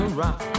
rock